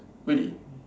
really